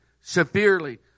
severely